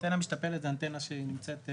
אנטנה משתפלת זאת אנטנה שנמצאת,